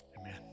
Amen